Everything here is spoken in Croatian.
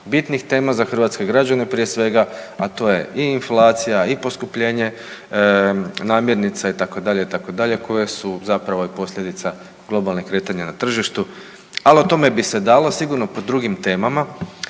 bitnih tema za hrvatske građane, prije svega a to je i inflacija, i poskupljenje namirnica itd., itd. koje su zapravo i posljedica globalnih kretanja na tržištu. Ali o tome bi se dalo sigurno po drugim temama